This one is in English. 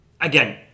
again